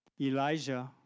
Elijah